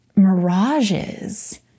mirages